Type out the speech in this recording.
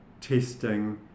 testing